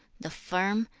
the firm,